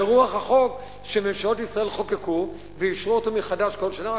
ברוח החוק שממשלות ישראל חוקקו ואישרו מחדש בכל שנה,